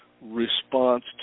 response